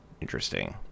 interesting